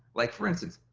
like, for instance,